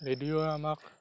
ৰেডিঅ'ই আমাক